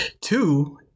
Two